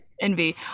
Envy